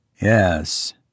Yes